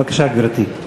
בבקשה, גברתי.